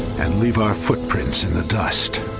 and leave our footprints in the dust